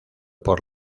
por